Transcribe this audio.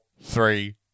three